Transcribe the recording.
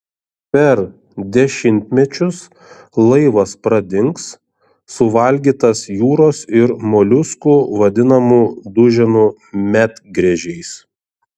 per dešimtmečius laivas pradings suvalgytas jūros ir moliuskų vadinamų duženų medgręžiais